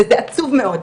וזה עצוב מאוד.